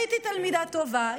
הייתי תלמידה טובה,